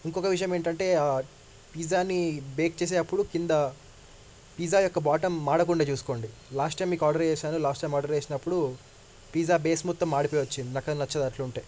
ఇంకొక విషయం ఏంటంటే పిజ్జాని బేక్ చేసే అప్పుడు కింద పిజ్జా యొక్క బాటమ్ మాడకుండా చూసుకోండి లాస్ట్ టైం మీకు ఆర్డర్ చేశాను లాస్ట్ టైం ఆర్డర్ చేసినప్పుడు పిజ్జా బేస్ మొత్తం మాడిపోయి వచ్చింది నాకు నచ్చదు అట్ల ఉంటే